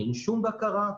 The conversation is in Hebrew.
אין שום בקרה,